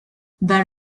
but